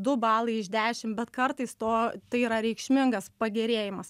du balai iš dešim bet kartais to tai yra reikšmingas pagerėjimas